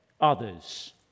others